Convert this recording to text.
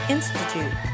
Institute